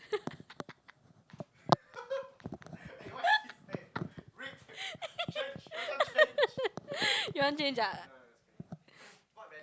you want to change ah